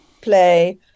play